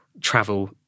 travel